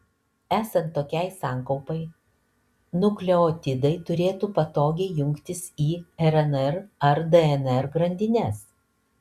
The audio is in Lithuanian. esant tokiai sankaupai nukleotidai turėtų patogiai jungtis į rnr ar dnr grandines